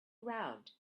ground